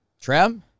Trev